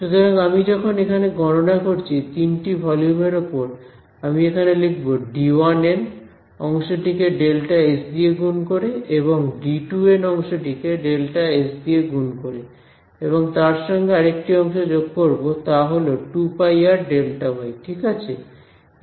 সুতরাং আমি যখন এখানে গণনা করছি তিনটি ভলিউম এর ওপর আমি এখানে লিখব n অংশটিকে ΔS দিয়ে গুন করে এবং − n অংশটিকে ΔS দিয়ে গুন করে এবং তার সঙ্গে আরেকটি অংশ যোগ করব তাহল 2πrΔy ঠিক আছে